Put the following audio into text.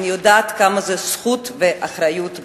אני יודעת שזו זכות ואחריות גדולה,